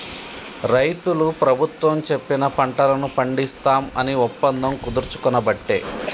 రైతులు ప్రభుత్వం చెప్పిన పంటలను పండిస్తాం అని ఒప్పందం కుదుర్చుకునబట్టే